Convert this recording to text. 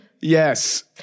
Yes